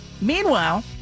Meanwhile